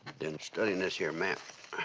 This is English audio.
been studying this here map.